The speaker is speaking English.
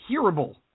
hearable